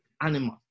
animals